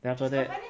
then after that